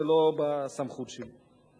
זה לא בסמכות שלי.